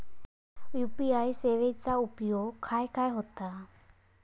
UPI सेवेचा उपयोग खाय खाय होता?